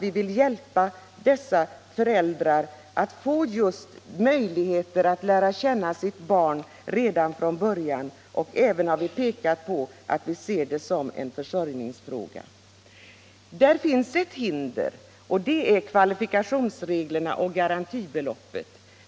Vi vill hjälpa föräldrarna att få möjligheter att lära känna sitt barn redan från början. Vi har också pekat på att detta måste ses som en försörjningsfråga. Det finns ett hinder, och det är kvalifikationsreglerna och garantibeloppet.